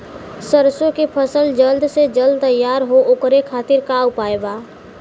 सरसो के फसल जल्द से जल्द तैयार हो ओकरे खातीर का उपाय बा?